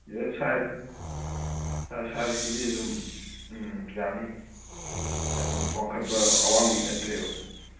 ꯁꯤꯗ ꯁꯥꯏꯖꯀꯤꯗꯤ ꯑꯗꯨꯝ ꯌꯥꯅꯤ ꯍꯥꯏꯗꯤ ꯋꯥꯡꯈꯠꯄ ꯑꯋꯥꯡꯕꯤ ꯅꯠꯇ꯭ꯔꯦꯕ